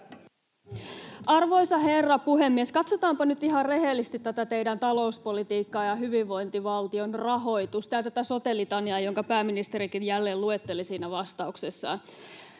Arvoisa herra puhemies! Katsotaanpa nyt ihan rehellisesti teidän talouspolitiikkaanne ja hyvinvointivaltion rahoitusta ja tätä sote-litaniaa, jonka pääministerikin jälleen luetteli vastauksessaan.